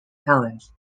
helens